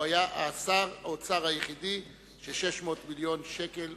הוא היה שר האוצר היחיד שבזמנו הועברו